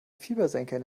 fiebersenker